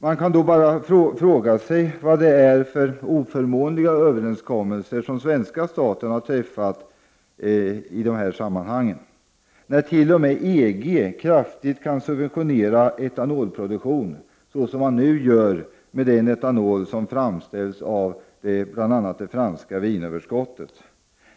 Då kan man fråga sig vad det är för oförmånliga överenskommelser som svenska staten har träffat i dessa sammanhang när t.o.m. EG kraftigt kan subventionera etanolproduktionen, så som man nu gör med den etanol som framställs av bl.a. det franska vinöverskottet.